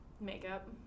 Makeup